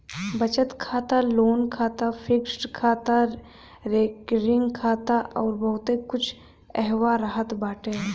बचत खाता, लोन खाता, फिक्स्ड खाता, रेकरिंग खाता अउर बहुते कुछ एहवा रहत बाटे